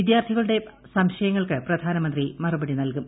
വിദ്യാർത്ഥികളുടെ സൌൾയങ്ങൾക്ക് പ്രധാനമന്ത്രി മറുപടി നൽകും